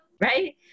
right